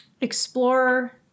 explorer